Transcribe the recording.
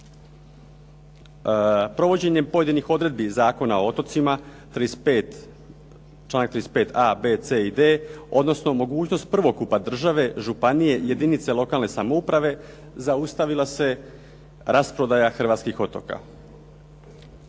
Provođenjem pojedinih odredbi iz Zakona o otocima, članak 35.a.,b.,c. i d., odnosno mogućnost prvokupa države, županije, jedinice lokalne samouprave zaustavila se rasprodaja hrvatskih otoka.